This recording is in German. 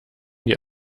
die